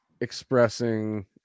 expressing